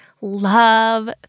love